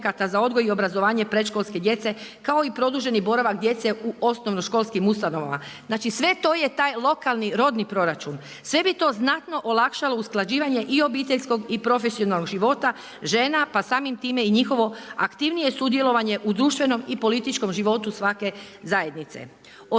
za odgoj i obrazovanje predškolske djece, kao i produženi boravak djece u osnovnoškolskim ustanovama. Znači sve to je taj lokalni, rodni proračun. Sve bi to znatno olakšalo usklađivanje i obiteljskog i profesionalnog života, žena pa samim time i njihovo aktivno sudjelovanje u društvenom i političkom životu svake zajednice.